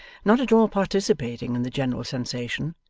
not at all participating in the general sensation,